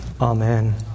Amen